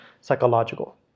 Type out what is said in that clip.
psychological